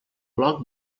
bloc